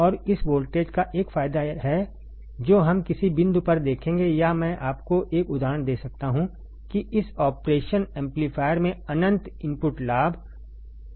और इस वोल्टेज का एक फायदा है जो हम किसी बिंदु पर देखेंगे या मैं आपको एक उदाहरण दे सकता हूं कि इस ऑपरेशन एम्पलीफायर में अनंत इनपुट लाभ जैसे कई लक्षण हैं